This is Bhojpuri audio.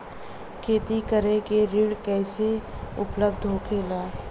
खेती करे के ऋण कैसे उपलब्ध होखेला?